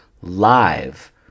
live